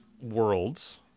Worlds